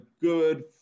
good